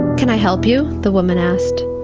can i help you? the woman asked.